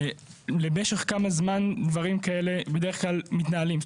למשך כמה זמן דברים כאלה בדרך כלל מתנהלים?